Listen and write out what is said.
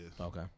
Okay